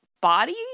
body